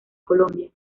colombia